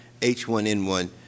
H1N1